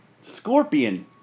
Scorpion